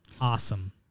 awesome